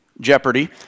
Jeopardy